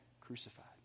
crucified